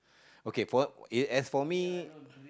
okay for as for me